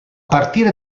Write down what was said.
partire